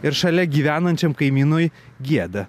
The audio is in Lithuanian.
ir šalia gyvenančiam kaimynui gieda